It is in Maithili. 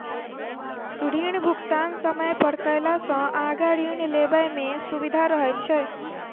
ऋण भुगतान समय पर कयला सॅ आगाँ ऋण लेबय मे सुबिधा रहैत छै